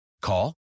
Call